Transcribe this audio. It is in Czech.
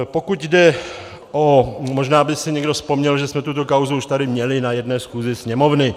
Pokud jde o možná by si někdo vzpomněl, že jsme tuto kauzu už tady měli na jedné schůzi Sněmovny.